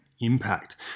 impact